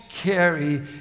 carry